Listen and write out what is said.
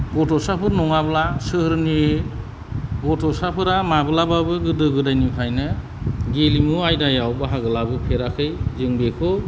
गथ'साफोर नङाब्ला सोहोरनि गथ'साफोरा माब्लाबाबो गोदो गोदायनिफ्रायनो गेलेमु आयदायाव बाहागो लाबोफेराखै जों बेखौ